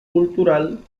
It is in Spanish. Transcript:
cultural